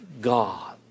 God